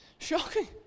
Shocking